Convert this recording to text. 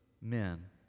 men